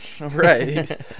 right